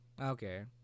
Okay